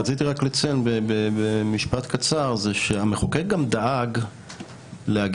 רציתי רק לציין במשפט קצר שהמחוקק גם דאג להגן